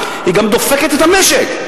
היא גם דופקת את המשק.